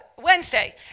Wednesday